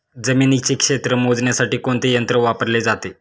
जमिनीचे क्षेत्र मोजण्यासाठी कोणते यंत्र वापरले जाते?